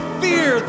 fear